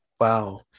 wow